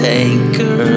anchor